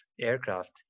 aircraft